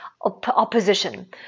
opposition